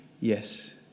yes